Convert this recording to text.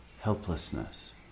helplessness